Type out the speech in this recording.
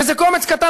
וזה קומץ קטן.